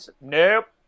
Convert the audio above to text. nope